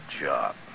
job